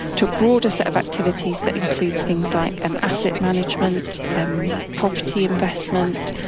to a broader set of activities that includes things like and asset management, and property investment,